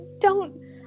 don't-